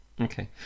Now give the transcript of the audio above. Okay